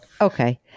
Okay